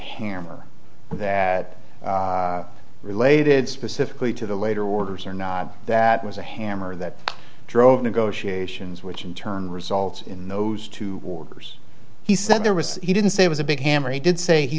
hammer that related specifically to the later orders or not that was a hammer that drove negotiations which in turn results in those two orders he said there was he didn't say it was a big hammer he did say he